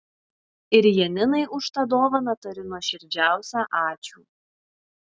ir janinai už tą dovaną tariu nuoširdžiausią ačiū